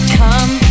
come